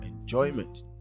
enjoyment